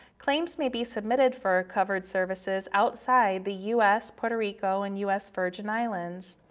claims may be submitted for covered services outside the us, puerto rico and us virgin islands.